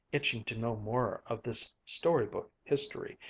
itching to know more of this story-book history,